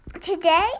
today